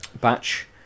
batch